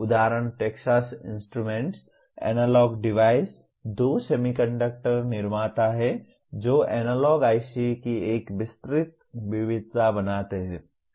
उदाहरण Texas Instruments Analog Devices दो semiconductor निर्माता हैं जो एनालॉग IC की एक विस्तृत विविधता बनाते हैं